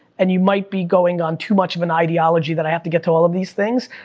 and you might be going on too much of an ideology, that i have to get to all of these things.